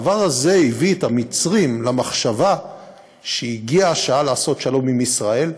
הדבר הזה הביא את המצרים למחשבה שהגיעה השעה לעשות שלום עם ישראל.